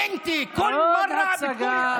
עוד הצגה.